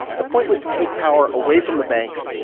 the point was to take power away from the banks,